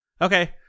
okay